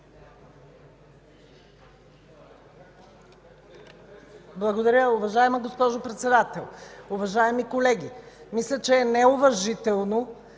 Благодаря, уважаема госпожо Председател. Уважаеми колеги, мисля че е неуважително